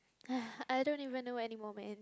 I don't even know anymore man